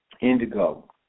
Indigo